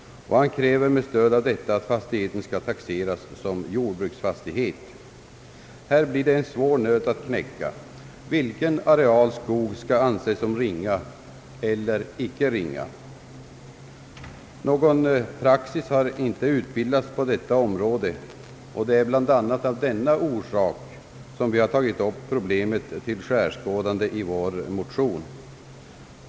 Han kräver med stöd av detta, att fastigheten skall taxeras såsom jordbruksfastighet. Det blir en svår nöt att knäcka. Vilken areal skog skall anses såsom ringa eller icke ringa? Någon praxis har icke utbildats på detta område, och bl.a. av denna orsak har vi tagit upp problemet till skärskådande i vår motion.